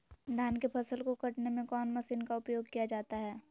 धान के फसल को कटने में कौन माशिन का उपयोग किया जाता है?